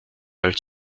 als